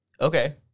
Okay